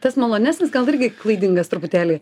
tas malonesnis gal irgi klaidingas truputėlį